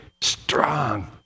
Strong